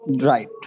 Right